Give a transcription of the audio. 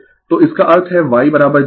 तो इसका अर्थ है YG j ωC 1Lω